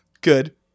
good